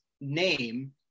name